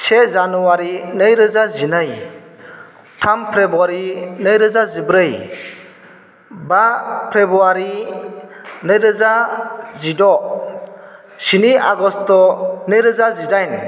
से जानुवारी नैरोजा जिनै थाम फ्रेब्रुवारी नैरोजा जिब्रै बा फ्रेब्रुवारी नैरोजा जिद' स्नि आगष्ट' नैजोरा जिडाइन